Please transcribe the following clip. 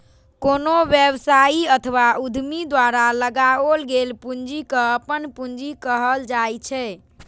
कोनो व्यवसायी अथवा उद्यमी द्वारा लगाओल गेल पूंजी कें अपन पूंजी कहल जाइ छै